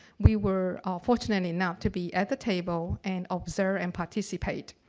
we were fortunate enough to be at the table and observe and participate